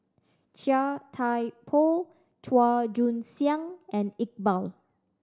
Chia Thye Poh Chua Joon Siang and Iqbal